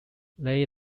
they